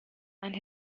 and